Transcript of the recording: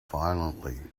violently